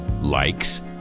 likes